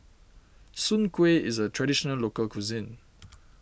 Soon Kueh is a Traditional Local Cuisine